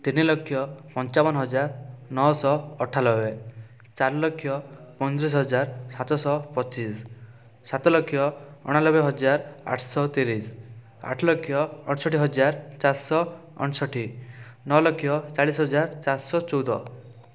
ତିନିଲକ୍ଷ ପଞ୍ଚାବନ ହଜାର ନଅଶହ ଅଠାନବେ ଚାରିଲକ୍ଷ ପଞ୍ଚାଶହଜାର ସାତଶହ ପଚିଶ ସାତଲକ୍ଷ ଅଣାନବେ ହଜାର ଆଠଶହ ତିରିଶ ଆଠଲକ୍ଷ ଅଠଷଠି ହଜାର ଚାରିଶହ ଅଣଷଠି ନଅଲକ୍ଷ ଚାଳିଶ ହଜାର ଚାରିଶହ ଚଉଦ